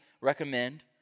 recommend